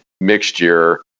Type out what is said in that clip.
mixture